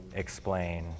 explain